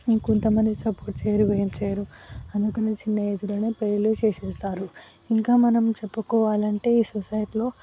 ఇంకొంతమంది సపోర్ట్ చేయరు ఏం చేయరు అనుకుని చిన్న ఏజ్ లోనే పెళ్ళిళ్ళు చేసేస్తారు ఇంకా మనం చెప్పుకోవాలంటే ఈ సొసైటీలో